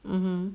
mmhmm